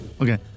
Okay